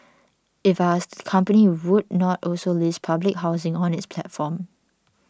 if asked the company would not also list public housing on its platform